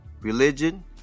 Religion